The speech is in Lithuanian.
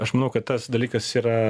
aš manau kad tas dalykas yra